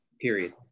Period